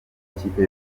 w’ikipe